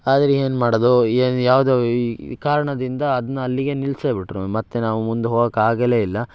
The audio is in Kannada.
ಆದ್ರೆ ಏನು ಮಾಡೋದು ಏನು ಯಾವ್ದೋ ಕಾರಣದಿಂದ ಅದನ್ನ ಅಲ್ಲಿಗೆ ನಿಲ್ಲಿಸೇ ಬಿಟ್ಟರು ಮತ್ತೆ ನಾವು ಮುಂದೆ ಹೋಗಕ್ಕೆ ಆಗಲೇ ಇಲ್ಲ